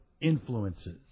influences